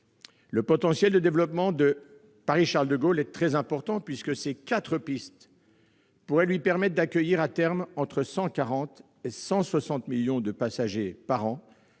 Le potentiel de développement de Paris-Charles-de-Gaulle est très important puisque ses quatre pistes pourraient lui permettre d'accueillir à terme entre 140 et 160 millions de passagers par an,